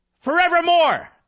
forevermore